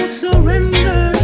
surrender